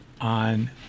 on